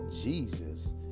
Jesus